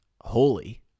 holy